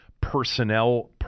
personnel